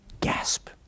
Gasp